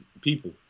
people